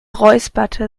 räusperte